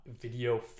Video